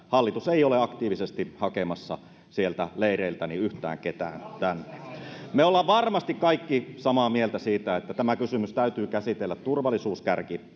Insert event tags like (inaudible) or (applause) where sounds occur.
hallitus ei ole aktiivisesti hakemassa sieltä leireiltä yhtään ketään tänne me olemme varmasti kaikki samaa mieltä siitä että tämä kysymys täytyy käsitellä turvallisuuskärki (unintelligible)